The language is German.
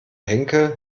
henkel